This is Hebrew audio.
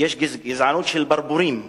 יש גזענות של ברבורים.